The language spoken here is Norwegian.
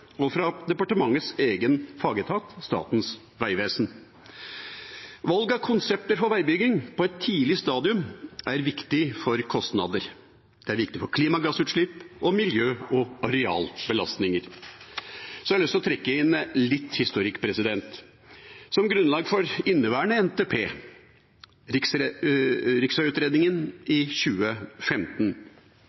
og fra departementets egen fagetat, Statens vegvesen. Valg av konsepter for veibygging på et tidlig stadium er viktig for kostnader, for klimagassutslipp og for miljø- og arealbelastninger. Så har jeg lyst til å trekke inn litt historikk: Grunnlaget for inneværende NTP, riksveiutredningen i 2015,